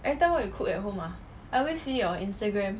everytime what you cook at home ah I always see your instagram